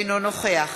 אינו נוכח